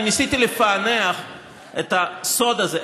אני ניסיתי לפענח את הסוד הזה,